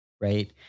right